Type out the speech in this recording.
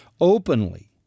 openly